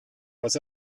was